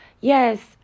yes